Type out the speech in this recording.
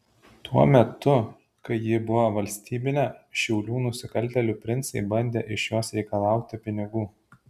tuo metu kai ji buvo valstybinė šiaulių nusikaltėliai princai bandė iš jos reikalauti pinigų